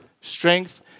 strength